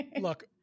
Look